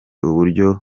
uburyo